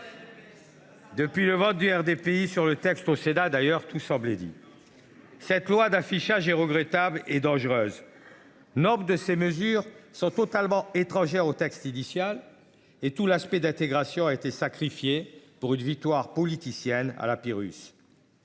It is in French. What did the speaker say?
depuis le vote du RDPI en faveur du texte du Sénat, tout était dit. Ce texte d’affichage est regrettable et dangereux. Nombre de ses mesures sont totalement étrangères au texte initial et tout l’aspect d’intégration a été sacrifié pour une victoire politicienne à la Pyrrhus.